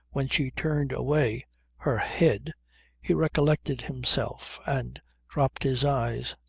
when she turned away her head he recollected himself and dropped his eyes.